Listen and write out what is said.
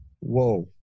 whoa